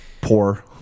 Poor